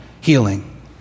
healing